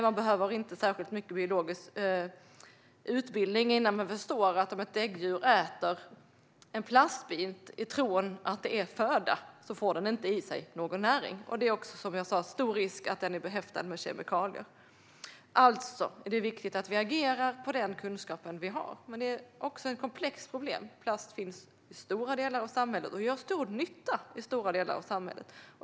Man behöver inte särskilt mycket biologisk utbildning för att förstå att om ett däggdjur äter en plastbit i tron att det är föda får det inte i sig någon näring. Det är också stor risk, som jag sa, att plastbiten är behäftad med kemikalier. Det är viktigt att vi agerar på den kunskap vi har, men det här är också ett komplext problem. Plast finns i stora delar av samhället och gör stor nytta i stora delar av samhället.